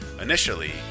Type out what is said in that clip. Initially